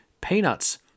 peanuts